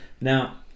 Now